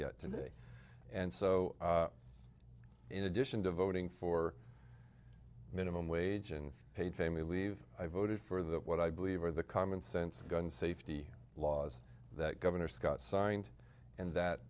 yet today and so in addition to voting for minimum wage and paid family leave i voted for that what i believe are the common sense gun safety laws that governor scott signed and that